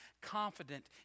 confident